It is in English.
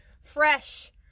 fresh